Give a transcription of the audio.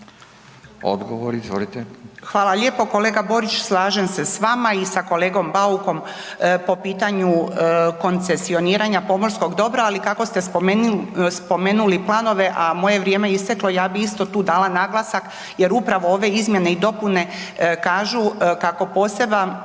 Branka (HDZ)** Hvala lijepo. Kolega Borić slažem se s vama i sa kolegom Baukom po pitanju koncesioniranja pomorskog dobra, ali kako ste spomenuli planove, a moje vrijeme je isteklo ja bih isto tako tu dala naglasak jer upravo ove izmjene i dopune kažu kako poseban